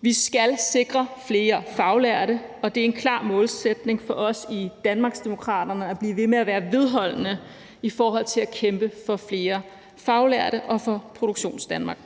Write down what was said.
Vi skal sikre flere faglærte, og det er en klar målsætning for os i Danmarksdemokraterne at blive ved med at være vedholdende i forhold til at kæmpe for flere faglærte og for Produktionsdanmark.